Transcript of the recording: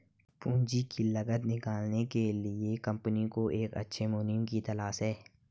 पूंजी की लागत निकालने के लिए कंपनी को एक अच्छे मुनीम की तलाश है